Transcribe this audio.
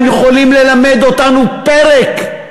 הם יכולים ללמד אותנו פרק,